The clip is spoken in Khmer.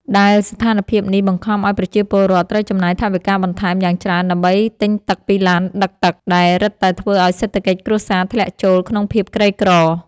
ដែលស្ថានភាពនេះបង្ខំឱ្យប្រជាពលរដ្ឋត្រូវចំណាយថវិកាបន្ថែមយ៉ាងច្រើនដើម្បីទិញទឹកពីឡានដឹកទឹក ដែលរឹតតែធ្វើឱ្យសេដ្ឋកិច្ចគ្រួសារធ្លាក់ចូលក្នុងភាពក្រីក្រ។